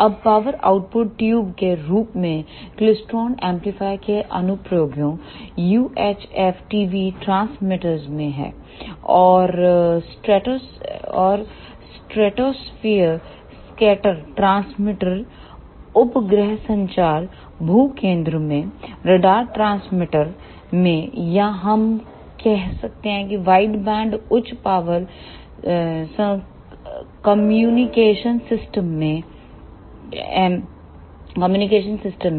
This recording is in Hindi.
अब पावर आउटपुट ट्यूब के रूप में क्लीस्टरोण एम्पलीफायरों के अनुप्रयोगों UHF टीवी ट्रांसमीटरों में हैं और स्ट्रेटोसफीय रस्केटर ट्रांसमीटरों उपग्रह संचार भू केन्द्रों में रडार ट्रांसमीटर में या हम कह वाइड बैंड उच्च पावर सं कम्युनिकेशन सिस्टम हैं